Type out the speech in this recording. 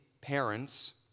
parents